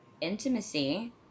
intimacy